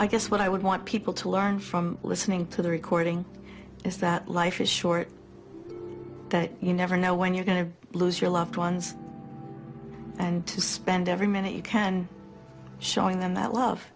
i guess what i would want people to learn from listening to the recording is that life is short that you never know when you're going to lose your loved ones and to spend every minute you can showing them that love